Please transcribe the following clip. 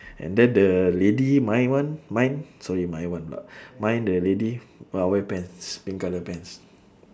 and then the lady my one mine sorry my one m~ mine the lady ah wear pants pink colour pants